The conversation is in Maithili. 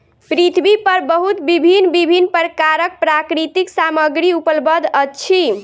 पृथ्वी पर बहुत भिन्न भिन्न प्रकारक प्राकृतिक सामग्री उपलब्ध अछि